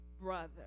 brother